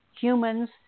humans